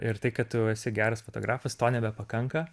ir tai kad tu jau esi geras fotografas to nebepakanka